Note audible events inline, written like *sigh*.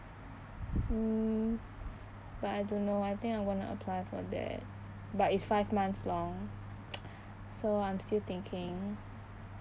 um but I don't know I think I'm gonna apply for that but it's five months long *noise* so I'm still thinking